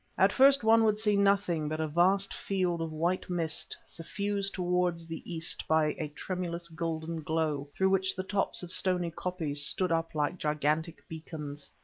at first one would see nothing but a vast field of white mist suffused towards the east by a tremulous golden glow, through which the tops of stony koppies stood up like gigantic beacons.